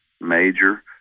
major